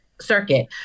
Circuit